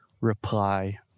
Reply